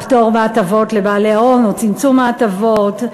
פטור מהטבות לבעלי הון או צמצום ההטבות,